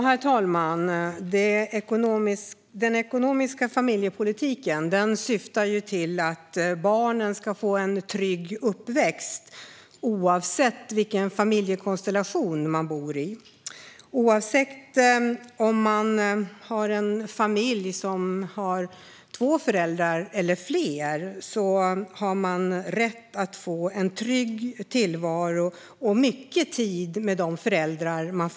Herr talman! Den ekonomiska familjepolitiken syftar till att barnen ska få en trygg uppväxt. Oavsett vilken familjekonstellation man ingår i, om man har två föräldrar eller fler, har man rätt till en trygg tillvaro och mycket tid med sina föräldrar.